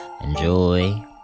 Enjoy